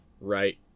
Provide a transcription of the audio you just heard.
right